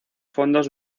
fondos